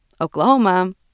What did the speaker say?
Oklahoma